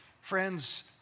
Friends